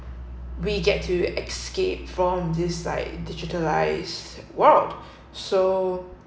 we get to escape from this side digitalised world so